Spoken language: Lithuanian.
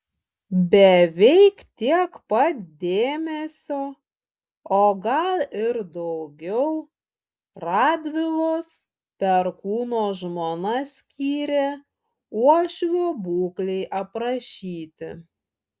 beveik tiek pat dėmesio o gal ir daugiau radvilos perkūno žmona skyrė uošvio būklei aprašyti